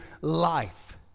life